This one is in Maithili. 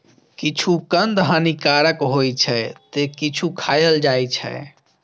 किछु कंद हानिकारक होइ छै, ते किछु खायल जाइ छै